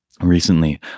Recently